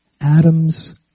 Atoms